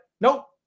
nope